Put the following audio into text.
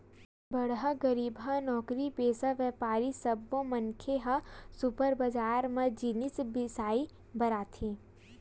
बड़हर, गरीबहा, नउकरीपेसा, बेपारी सब्बो मनखे ह सुपर बजार म जिनिस बिसाए बर आथे